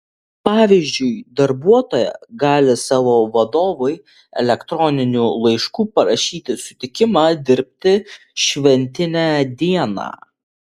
pavyzdžiui darbuotoja gali savo vadovui elektroniniu laišku parašyti sutikimą dirbti šventinę dieną